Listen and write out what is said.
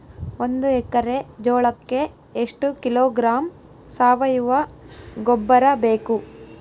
ಒಂದು ಎಕ್ಕರೆ ಜೋಳಕ್ಕೆ ಎಷ್ಟು ಕಿಲೋಗ್ರಾಂ ಸಾವಯುವ ಗೊಬ್ಬರ ಬೇಕು?